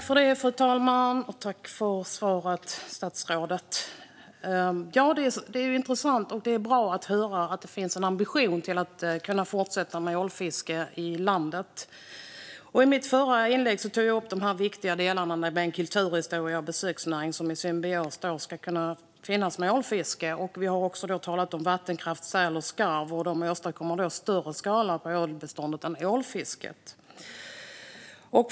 Fru talman! Tack för svaret, statsrådet! Det är intressant och bra att höra att det finns en ambition att vi ska kunna fortsätta med ålfiske i landet. I mitt förra inlägg tog jag upp att de viktiga delarna kulturhistoria och besöksnäring ska kunna finnas i symbios med ålfisket. Vi har också talat om vattenkraft, säl och skarv och att de åstadkommer större skada på ålbeståndet än ålfisket gör.